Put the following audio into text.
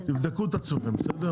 תבדקו את עצמכם, בסדר?